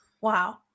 Wow